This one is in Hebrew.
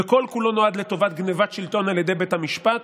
וכל-כולו נועד לטובת גנבת שלטון על ידי בית המשפט,